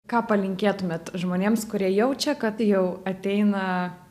ką palinkėtumėt žmonėms kurie jaučia kad jau ateina